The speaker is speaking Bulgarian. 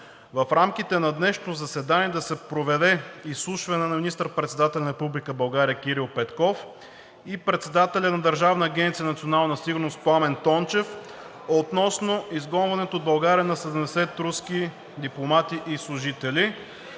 в рамките на днешното заседание да се проведе изслушване на министър-председателя на Република България Кирил Петков и председателя на Държавна агенция „Национална сигурност“ Пламен Тончев относно изгонването от България на 70 руски дипломати и служители.